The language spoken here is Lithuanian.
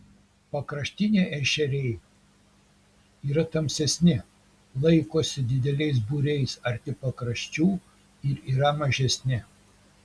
pakraštiniai ešeriai yra tamsesni laikosi dideliais būriais arti pakraščių ir yra mažesni